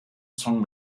song